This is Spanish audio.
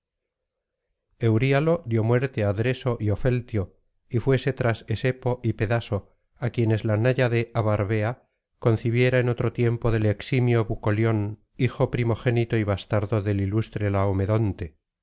dio muerte á dreso y ofeltio y fuese tras esepo y pedaso á quienes la náyade abarbarea concibiera en otro tiempo del eximio bucolión hijo primogénito y bastardo del ilustre laomedonte